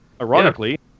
Ironically